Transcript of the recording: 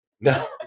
no